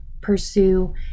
pursue